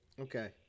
Okay